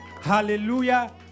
hallelujah